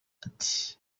ati